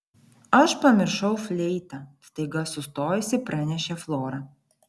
aš pamiršau fleitą staiga sustojusi pranešė flora